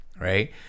right